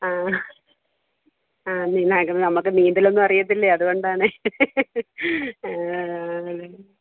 ആ ആ നീ നമുക്ക് നമുക്ക് നീന്തലൊന്നും അറിയത്തില്ലേ അതുകൊണ്ടാണ് ആ